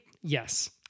yes